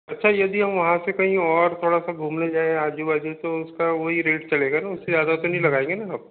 अच्छा आदि हम वहाँ से कहीं और थोड़ा सा घूमने जाएं आजू बाजू तो उसका वही रेट चलेगा ना उससे ज़्यादा तो नहीं लगायेंगे ना आप